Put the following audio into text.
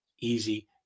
easy